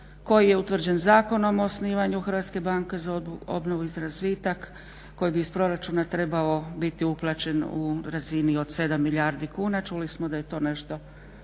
koji je utvrđen Zakonom o osnivanju Hrvatske banke za obnovu i razvitak koji bi iz proračuna trebao biti uplaćen u razini od 7 milijardi kuna. Čuli smo da je to nešto